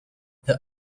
the